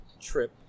trip